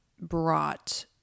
brought